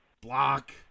block